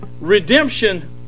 redemption